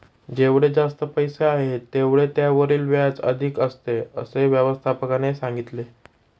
जेवढे जास्त पैसे आहेत, तेवढे त्यावरील व्याज अधिक असते, असे व्यवस्थापकाने सांगितले